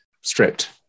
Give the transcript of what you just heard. stripped